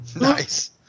Nice